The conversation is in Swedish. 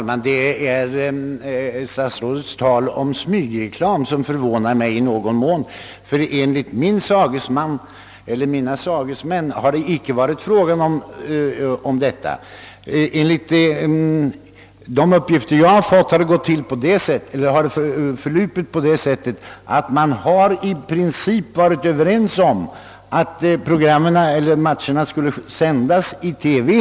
Herr talman! Statsrådets tal om smygreklam förvånar mig i någon mån. Enligt mina sagesmän har det inte varit fråga om något sådant. De uppgifter jag har fått visar att förhandlingarna förlupit på det sättet att man i princip varit överens om att matcherna skulle sändas i TV.